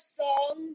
song